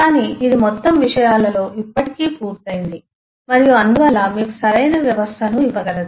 కానీ ఇది మొత్తం విషయాలలో ఇప్పటికీ పూర్తయింది మరియు అందువల్ల మీకు సరైన వ్యవస్థను ఇవ్వగలదు